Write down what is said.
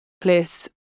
place